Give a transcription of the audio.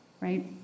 right